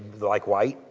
like white,